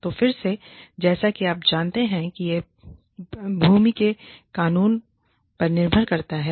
तो फिर से जैसा कि आप जानते हैं कि यह भूमि के कानून पर निर्भर करता है